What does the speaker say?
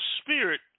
spirit